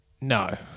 no